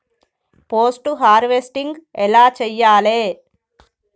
Post harvesting ఎలా చెయ్యాలే?